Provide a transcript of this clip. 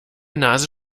nase